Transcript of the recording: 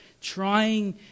Trying